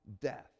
death